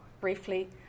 briefly